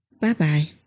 bye-bye